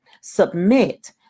submit